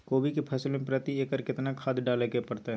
कोबी के फसल मे प्रति एकर केतना खाद डालय के परतय?